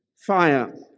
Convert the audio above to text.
fire